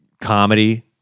comedy